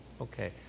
Okay